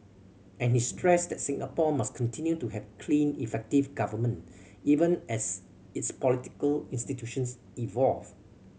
and he stressed that Singapore must continue to have clean effective government even as its political institutions evolve